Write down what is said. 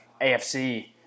AFC